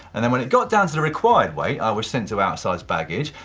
and then when it got down to the required weight, i was sent to outsize baggage.